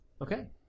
Okay